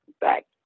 back